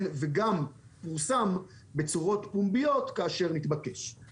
וגם פורסם בצורה פומבית כאש נתבקשנו לפרסמו.